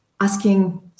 asking